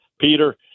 Peter